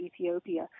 Ethiopia